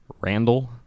Randall